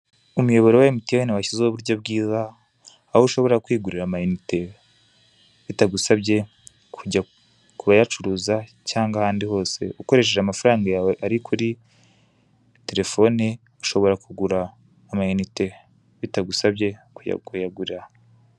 Umuyoboro wa MTN washyizeho uburyo bwiza aho ushobora kwigurira ama inite bitagusabye kujya ku bayacuruza cyangwa ahandi hose ukoresheje amafaranga yawe ari kuri telefone ushobora kugura ama inite bitagusabye kujya kuyagura.